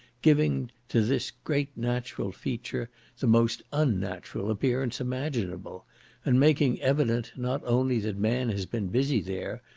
giving to this great natural feature the most unnatural appearance imaginable and making evident, not only that man had been busy there,